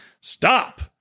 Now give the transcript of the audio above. Stop